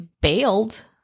bailed